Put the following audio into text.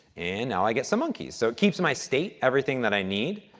and now i get some monkeys. so, keeps my state, everything that i need.